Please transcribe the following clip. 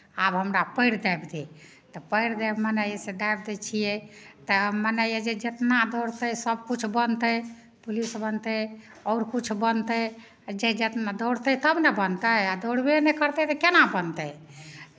आब हमरा पएर दाबि दे तऽ पएर जे मने से दाबि दै छियै तऽ मन होइए जे जितना दौड़तै सभकिछु बनतै पुलिस बनतै आओर किछु बनतै आ जे जितना दौड़तै तब ने बनतै आ दौड़बे नहि करतै तऽ केना बनतै